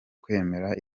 kwemera